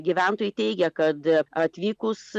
gyventojai teigia kad atvykus